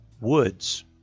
Woods